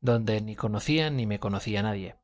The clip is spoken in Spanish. donde ni conocía ni me conocía nadie